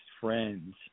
friends